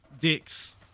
dicks